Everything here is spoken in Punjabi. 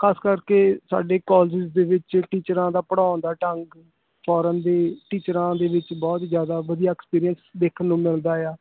ਖ਼ਾਸ ਕਰਕੇ ਸਾਡੇ ਕੋਲਜਸ ਦੇ ਵਿੱਚ ਟੀਚਰਾਂ ਦਾ ਪੜ੍ਹਾਉਣ ਦਾ ਢੰਗ ਫੋਰਨ ਦੀ ਟੀਚਰਾਂ ਦੇ ਵਿੱਚ ਬਹੁਤ ਜ਼ਿਆਦਾ ਵਧੀਆ ਐਕਸਪੀਰੀਅੰਸ ਦੇਖਣ ਨੂੰ ਮਿਲਦਾ ਆ